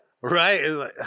Right